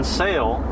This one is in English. sale